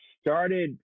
started